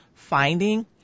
Finding